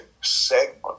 segment